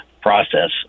process